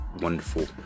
wonderful